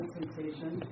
sensation